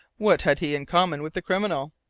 what had he in common with the criminal?